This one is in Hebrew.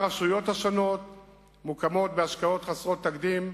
ברשויות השונות מוקמות, בהשקעות חסרות תקדים,